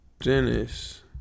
Dennis